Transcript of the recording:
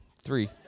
three